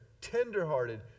tenderhearted